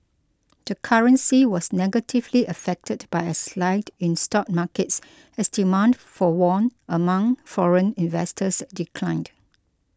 the currency was negatively affected by a slide in stock markets as demand for won among foreign investors declined